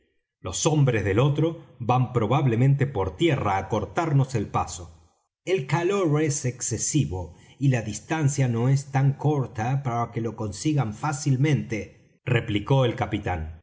los hombres del otro van probablemente por tierra á cortarnos el paso el calor es excesivo y la distancia no es tan corta para que lo consigan fácilmente replicó el capitán